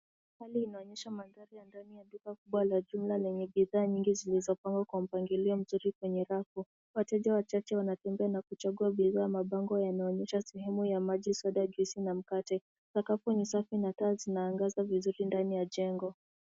Hali inaonyesha mandhari ya ndani ya duka kubwa la jumla, lenye bidhaa nyingi zilizopangwa kwa mpangilio mzuri kwenye rafu. Wateja wachache wanatembea na kuchagua bidhaa, mabango yanaonyesha sehemu ya maji, soda, juisi, na mkate. Sakafu ni safi na taa zinaangaza vizuri ndani ya jengo.